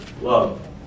Love